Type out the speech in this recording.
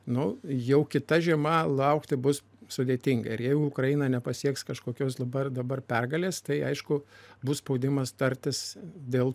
nu jau kita žiema laukti bus sudėtinga ir jei ukraina nepasieks kažkokios dabar dabar pergalės tai aišku bus spaudimas tartis dėl